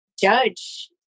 judge